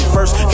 First